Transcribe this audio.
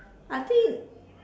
I think